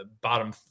bottom